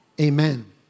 amen